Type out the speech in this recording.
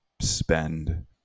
spend